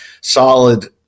solid